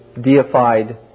deified